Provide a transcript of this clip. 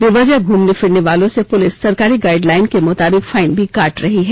बेवजह घूमने फिरने वालों से पुलिस सरकारी गाइड लाइन के मुताबिक फाइन भी काट रही है